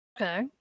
Okay